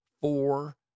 four